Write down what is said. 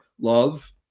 love